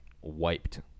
wiped